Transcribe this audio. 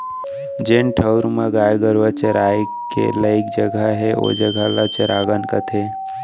जेन ठउर म गाय गरूवा चराय के लइक जघा हे ओ जघा ल चरागन कथें